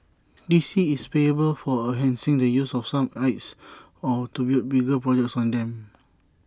D C is payable for enhancing the use of some sites or to build bigger projects on them